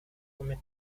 come